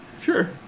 Sure